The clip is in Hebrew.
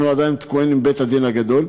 אנחנו עדיין תקועים עם בית-הדין הגדול,